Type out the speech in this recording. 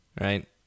Right